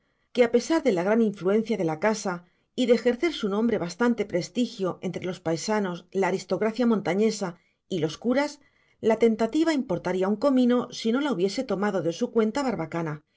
que a pesar de la gran influencia de la casa y de ejercer su nombre bastante prestigio entre los paisanos la aristocracia montañesa y los curas la tentativa importaría un comino si no la hubiese tomado de su cuenta barbacana